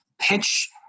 pitch